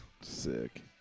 Sick